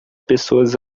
pessoas